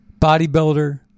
Bodybuilder